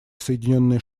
соединенные